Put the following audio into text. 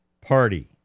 party